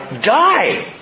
Die